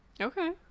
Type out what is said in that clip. Okay